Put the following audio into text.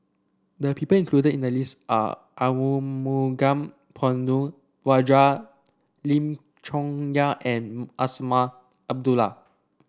the people included in the list are Arumugam Ponnu Rajah Lim Chong Yah and Azman Abdullah